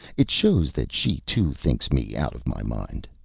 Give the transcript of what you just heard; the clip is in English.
it shows that she too thinks me out of my mind.